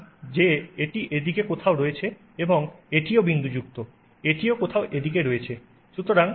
সুতরাং যে এটি এদিকে কোথাও রয়েছে এবং এটিও বিন্দুযুক্ত এটিও কোথাও এইদিকে রয়েছে